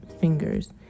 fingers